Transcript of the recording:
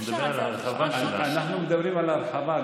אנחנו מדברים על הרחבה,